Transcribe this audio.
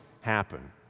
happen